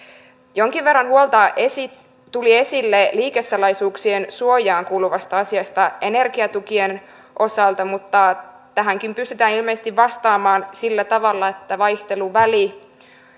jonkin verran huolta tuli esille liikesalaisuuksien suojaan kuuluvasta asiasta energiatukien osalta mutta tähänkin pystytään ilmeisesti vastaamaan sillä tavalla että vaihteluväli